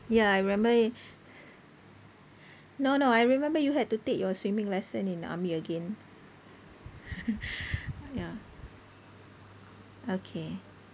ya I remember no no I remember you had to take your swimming lesson in army again ya okay